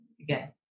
again